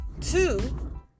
Two